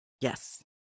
Yes